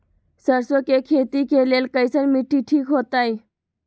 सरसों के खेती के लेल कईसन मिट्टी ठीक हो ताई?